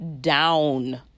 down